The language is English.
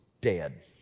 dead